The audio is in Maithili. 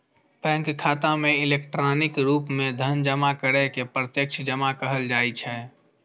बैंक खाता मे इलेक्ट्रॉनिक रूप मे धन जमा करै के प्रत्यक्ष जमा कहल जाइ छै